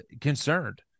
concerned